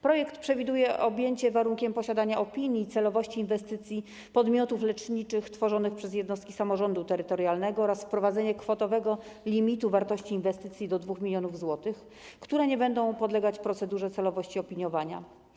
Projekt przewiduje objęcie warunkiem posiadania opinii o celowości inwestycji podmiotów leczniczych tworzonych przez jednostki samorządu terytorialnego oraz wprowadzenie kwotowego limitu wartości inwestycji - do 2 mln zł - które nie będą podlegać procedurze celowości opiniowania.